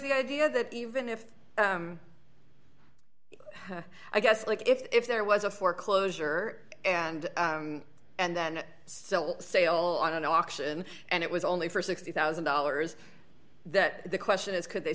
the idea that even if i guess like if there was a foreclosure and and then sell sale on an auction and it was only for sixty thousand dollars that the question is could they